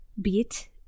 beat